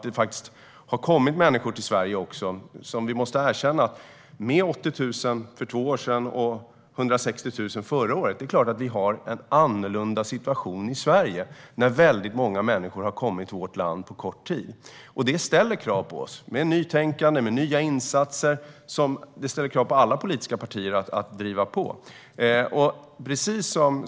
Det har kommit många människor till Sverige - 80 000 för två år sedan och 160 000 förra året - och då måste vi erkänna att vi faktiskt har en annorlunda situation. Många har på kort tid kommit till vårt land. Det ställer krav på oss på nytänkande och nya insatser. Det ställer krav på alla partier att driva på.